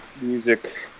music